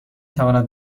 تواند